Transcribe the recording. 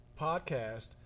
podcast